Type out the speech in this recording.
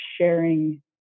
sharing